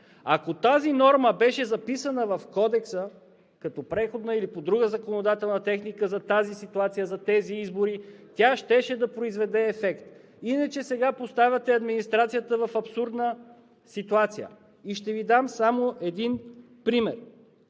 Ако тази норма беше записана в Кодекса като преходна или по друга законодателна техника за тази ситуация, за тези избори, тя щеше да произведе ефект. Иначе сега поставяте администрацията в абсурдна ситуация. И ще Ви дам само един пример.